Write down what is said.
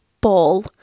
Ball